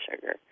sugar